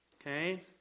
Okay